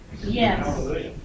Yes